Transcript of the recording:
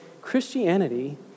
Christianity